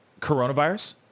coronavirus